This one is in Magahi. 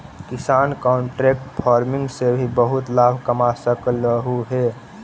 किसान कॉन्ट्रैक्ट फार्मिंग से भी बहुत लाभ कमा सकलहुं हे